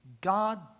God